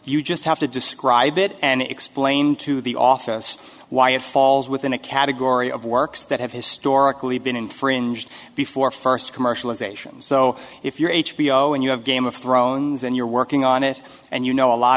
you just have to describe it and explain to the office why it falls within a category of works that have historically been infringed before first commercialization so if you're h b o and you have game of thrones and you're working on it and you know a lot